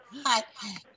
Hi